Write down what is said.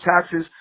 taxes